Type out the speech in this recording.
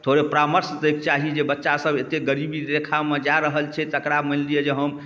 थोड़े परामर्श दैके चाही जे बच्चासब एतेक गरीबी रेखामे जा रहल छै तकरा मानि लिअऽ जे हम